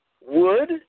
wood